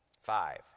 Five